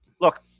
look